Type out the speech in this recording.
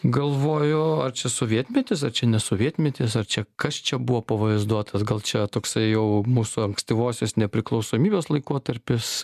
galvojau ar čia sovietmetis ar čia ne sovietmetis ar čia kas čia buvo pavaizduotas gal čia toksai jau mūsų ankstyvosios nepriklausomybės laikotarpis